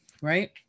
right